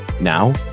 now